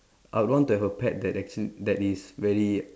I would want to have a pet that actually that is very